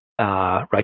right